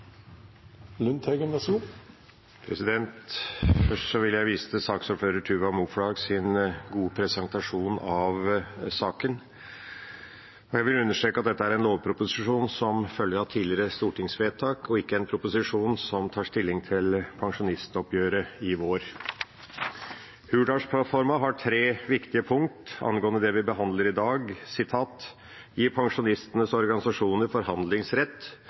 en lovproposisjon som følger av tidligere stortingsvedtak, og ikke en proposisjon som tar stilling til pensjonistoppgjøret i vår. Hurdalsplattforma har tre viktige punkter angående det vi behandler i dag: Gi pensjonistenes organisasjoner forhandlingsrett